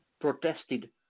protested